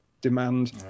demand